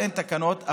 אין תקנות.